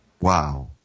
Wow